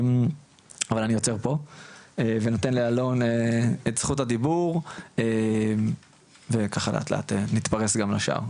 אבל אני עוצר פה ונותן לאלון את זכות הדיבור ולאט לאט נתפרס גם לשאר,